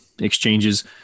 exchanges